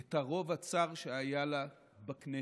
את הרוב הצר שהיה לה בכנסת.